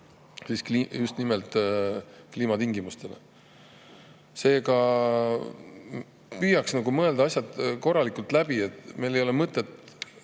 just nimelt kliimatingimuste tõttu. Seega püüaks nagu mõelda asjad korralikult läbi. Meil ei ole mõtet